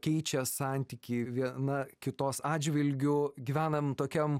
keičia santykį viena kitos atžvilgiu gyvenam tokiam